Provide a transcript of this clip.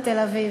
בתל-אביב.